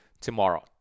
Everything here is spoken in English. Tomorrow